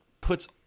puts